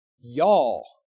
Y'all